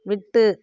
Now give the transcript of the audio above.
விட்டு